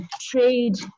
trade